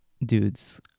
dudes